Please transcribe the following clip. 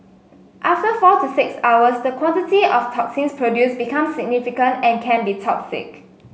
after four to six hours the quantity of toxins produced become significant and can be toxic